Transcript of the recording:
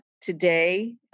today